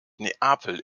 neapel